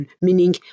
Meaning